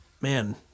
man